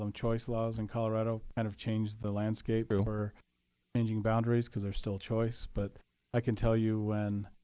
um choice laws in colorado kind of changed the landscape for changing boundaries because they're still choice. but i can tell you when